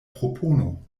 propono